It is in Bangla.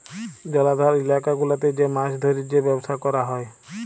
জলাধার ইলাকা গুলাতে যে মাছ ধ্যরে যে ব্যবসা ক্যরা হ্যয়